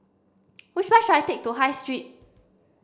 which bus should I take to High Street